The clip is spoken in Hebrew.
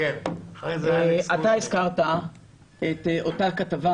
אתה הזכרת את אותה כתבה,